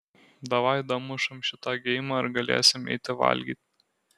davai damušam šitą geimą ir galėsim eiti valgyt